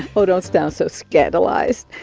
ah oh, don't sound so scandalized.